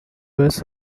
was